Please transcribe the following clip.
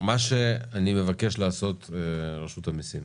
רשות המסים,